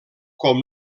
com